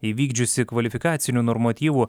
įvykdžiusi kvalifikacinių normatyvų